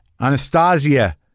Anastasia